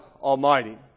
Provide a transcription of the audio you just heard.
Almighty